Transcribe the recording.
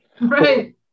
Right